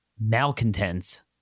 malcontents